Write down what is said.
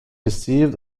received